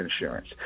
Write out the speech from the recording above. insurance